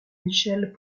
michel